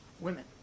women